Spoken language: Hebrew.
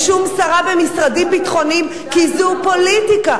אין שום שרה במשרדים ביטחוניים, כי זו פוליטיקה.